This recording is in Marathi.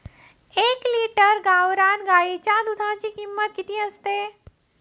एक लिटर गावरान गाईच्या दुधाची किंमत किती असते?